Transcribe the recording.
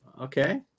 Okay